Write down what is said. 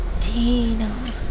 Tina